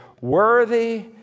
Worthy